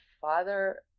father